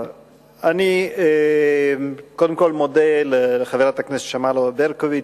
אני קודם כול מודה לחברת הכנסת שמאלוב-ברקוביץ